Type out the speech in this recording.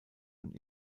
und